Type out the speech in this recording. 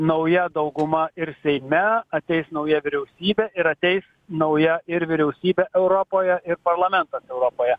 nauja dauguma ir seime ateis nauja vyriausybė ir ateis nauja ir vyriausybė europoje ir parlamentas europoje